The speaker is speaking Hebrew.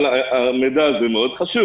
אבל המידע הזה חשוב מאוד,